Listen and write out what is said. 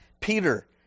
Peter